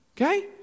Okay